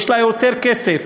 יש לה יותר כסף.